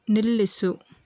ನಿಲ್ಲಿಸು